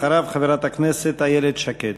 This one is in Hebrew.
אחריו, חברת הכנסת איילת שקד.